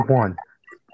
one